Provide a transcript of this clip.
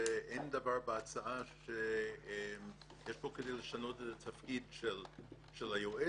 שאין דבר בהצעה שיש בו כדי לשנות את התפקיד של היועץ,